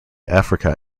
africa